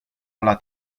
alla